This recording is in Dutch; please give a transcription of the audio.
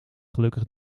gelukkig